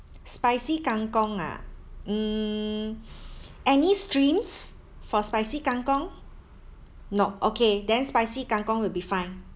spicy kangkong ah mm any shrimps for spicy kangkong nope okay then spicy kangkong will be fine